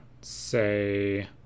say